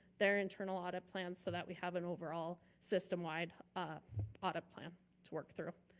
their internal audit plan so that we have an overall system wide ah audit plan to work through.